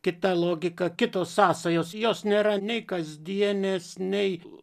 kita logika kitos sąsajos jos nėra nei kasdienės nei